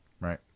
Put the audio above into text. Right